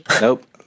Nope